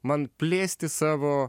man plėsti savo